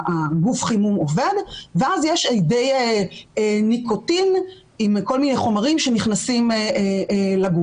גוף החימום עובד ואז יש אדי ניקוטין עם כל מיני חומרים שנכנסים לגוף.